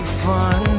fun